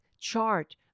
chart